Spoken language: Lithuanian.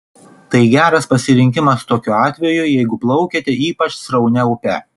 tai geras pasirinkimas tokiu atveju jeigu plaukiate ypač sraunia upe